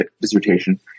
dissertation